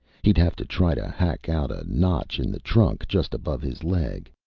he'd have to try to hack out a notch in the trunk just above his leg.